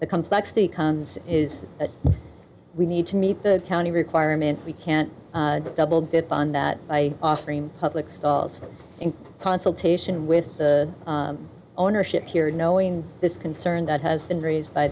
comes is that we need to meet the county requirements we can't double dip on that by offering public stalls in consultation with the ownership here knowing this concern that has been raised by